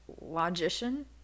logician